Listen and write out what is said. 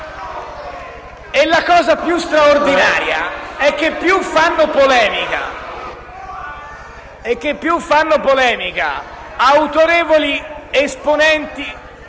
La cosa più straordinaria è che più fanno polemica autorevoli esponenti...